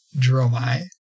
Dromai